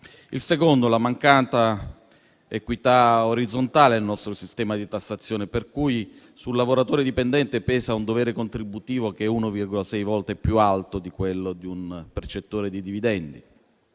elemento è la mancanza di equità orizzontale del nostro sistema di tassazione, per cui sul lavoratore dipendente pesa un dovere contributivo che è 1,6 volte più alto di quello di un percettore di dividendi;